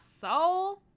soul